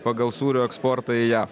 pagal sūrio eksportą į jav